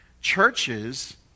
churches